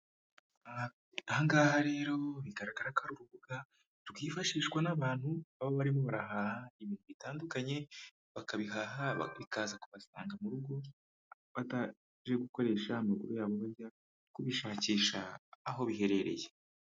Aha ngaha rero bigaragara ko ari urubuga rwifashishwa n'abantu baba barimo barahaha ibintu bitandukanye, bakabihaha bikaza kubasanga mu rugo, bataje gukoresha amakuru yabo bajya kubishakisha aho biherereye.